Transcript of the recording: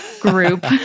group